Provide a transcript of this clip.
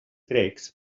grecs